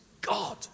God